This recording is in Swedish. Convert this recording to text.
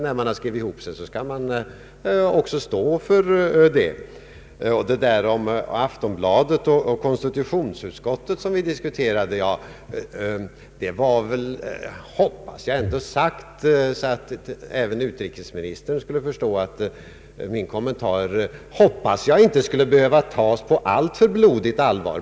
När man har skrivit ihop sig anser jag att man också skall stå för det. Det jag anförde om Aftonbladet och konstitutionsutskottet sades väl, hoppas jag, så att även utrikesministern skulle förstå att min kommentar inte behövde tas på alltför blodigt allvar.